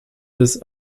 des